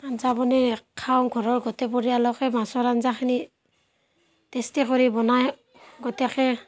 আঞ্জা বনাই খাওঁ ঘৰৰ গোটেই পৰিয়ালকে মাছৰ আঞ্জাখিনি টেষ্টি কৰি বনাই গোটেইকে